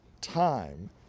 time